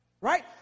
Right